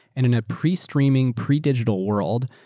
and in a pre-streaming, pre-digital world,